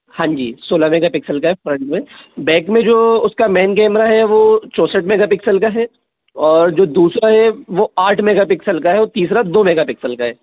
हाँ जी सोलह मेगापिक्सल का है फ्रंट में बैक में जो उसका मैन कैमरा है वो चौंसठ मेगापिक्सल का है और जो दूसरा है वो आठ मेगापिक्सल का है और तीसरा दो मेगापिक्सल का है